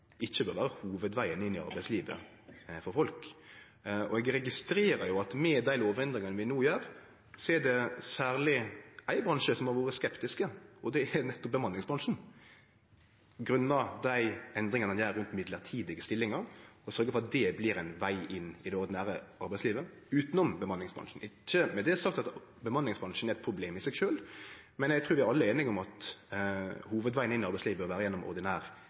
ikkje bør vere hovudvegen inn i arbeidslivet for folk. Eg registrerer jo at med dei lovendringane vi no gjer, er det særleg ein bransje som har vore skeptisk, og det er nettopp bemanningsbransjen, grunna dei endringane ein gjer rundt mellombelse stillingar, og sørgjer for at det blir ein veg inn i det ordinære arbeidslivet utanom bemanningsbransjen. Det er ikkje med det sagt at bemanningsbransjen er eit problem i seg sjølv, men eg trur vi alle er einige om at hovudvegen inn i arbeidslivet bør vere gjennom ordinær